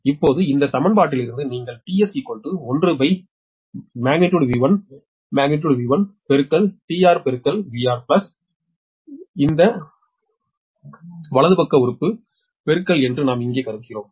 இப்போது இந்த சமன்பாட்டிலிருந்து நீங்கள் tS1magnitude V1magnitude V1tRVRthis term right of இன் பெருக்கல் என்று நாம் இங்கே கருதுகிறோம்